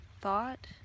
thought